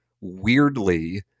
weirdly